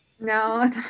No